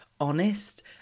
honest